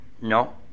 no